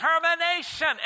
determination